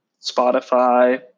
Spotify